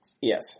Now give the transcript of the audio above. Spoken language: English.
Yes